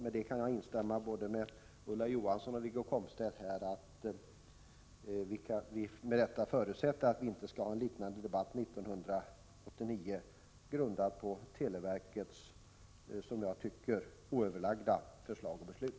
Med detta kan jag instämma i vad både Ulla Johansson och Wiggo Komstedt har sagt, nämligen att det förutsätts att det inte blir en liknande debatt 1989 grundad på televerkets, som jag tycker, oöverlagda förslag och beslut.